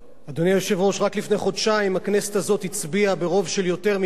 רק לפני חודשיים הכנסת הזאת הצביעה ברוב של יותר מ-100 חברי כנסת,